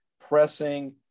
pressing